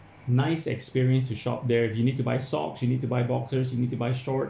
nice experience to shop there you need to buy socks you need to buy boxers you need to buy short